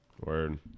Word